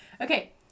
Okay